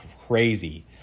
crazy